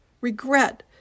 regret